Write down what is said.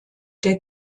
der